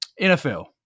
NFL